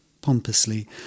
pompously